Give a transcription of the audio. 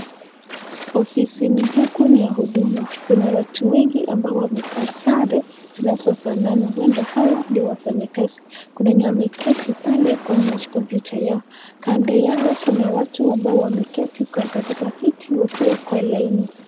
Ofisini huku ni huduma kuna watu wengi ambao wamevaa sare zinazofana huenda hawa ni wafanyikazi. Kuna wenye wameketi pale kwa makompyta yao kando yao kuna watu ambao wameketi katika viti wakiwa kwa laini.